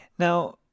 Now